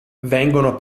vengono